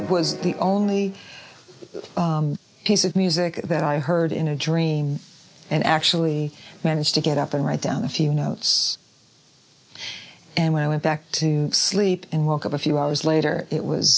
was the only piece of music that i heard in a dream and actually managed to get up and write down a few notes and when i went back to sleep and woke up a few hours later it was